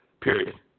period